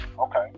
Okay